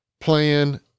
plan